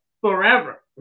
forever